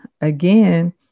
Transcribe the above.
again